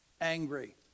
angry